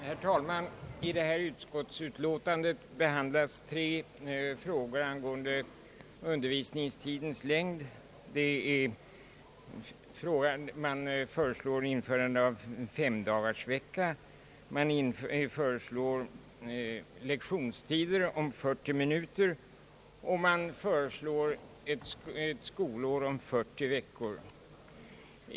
Herr talman! I utskottsutlåtandet behandlas tre frågor angående undervisningstidens längd. Man föreslår införande av femdagarsvecka, lektionstimmar på 40 minuter och ett skolår om 40 veckor.